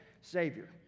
savior